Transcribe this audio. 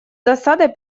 досадой